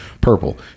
purple